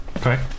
Okay